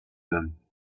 them